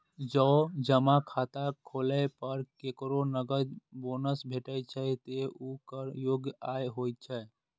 जौं जमा खाता खोलै पर केकरो नकद बोनस भेटै छै, ते ऊ कर योग्य आय होइ छै